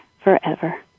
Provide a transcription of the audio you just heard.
forever